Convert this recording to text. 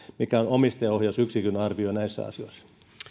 mikä on omistajaohjausyksikön arvio näissä asioissa